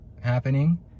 happening